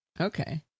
Okay